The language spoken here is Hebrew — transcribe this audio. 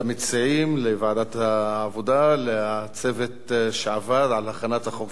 למציעים, לוועדת העבודה, לצוות שעבד על הכנת החוק.